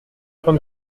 train